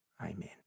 Amen